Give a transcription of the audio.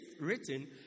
written